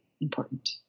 important